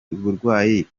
burwayi